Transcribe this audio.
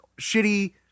shitty